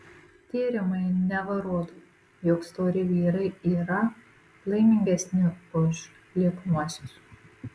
tyrimai neva rodo jog stori vyrai yra laimingesni už lieknuosius